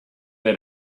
let